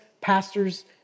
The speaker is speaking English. pastors